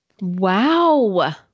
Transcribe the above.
Wow